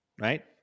right